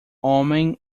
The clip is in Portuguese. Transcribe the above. homem